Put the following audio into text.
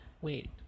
Wait